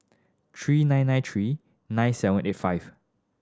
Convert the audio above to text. three nine nine three nine seven eight five